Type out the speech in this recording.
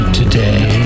today